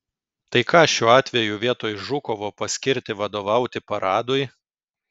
tai ką šiuo atveju vietoj žukovo paskirti vadovauti paradui